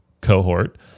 cohort